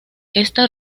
esta